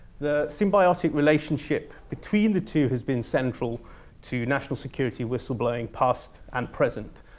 the symbiotic relationship between the two has been central to national security whistleblowing, past and present.